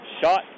Shot